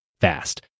fast